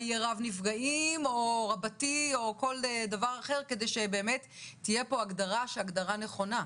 רב-נפגעים או כל דבר אחר כדי שבאמת תהיה הגדרה נכונה.